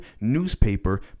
newspaper